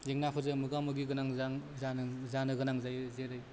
जेंनाफोरजों मोगा मोगि गोनां जां जानो जानो गोनां जायो जेरै